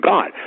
God